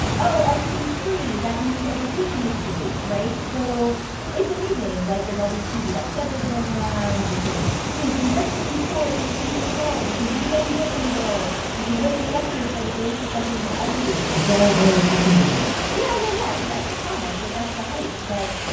oh, everything's free. that means education is free, right? so it's amazing. like, there's all these pdf schedules going around. you can you can virtually tour any museum in the world. you can read any book in the world. you can listen to lectures by the greatest professors in the ivy league it's all there at your fingertips yeah, yeah, yeah, so that's the promise, right? that's the hype. but,